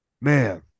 man